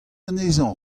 anezhañ